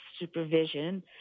supervision